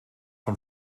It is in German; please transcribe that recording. von